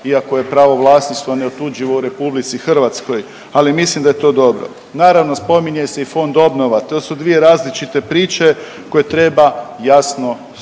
iako je pravo vlasništva neotuđivo u RH, ali mislim da je to dobro. Naravno spominje se i Fond obnova, to su dvije različite priče koje treba jasno spomenuti.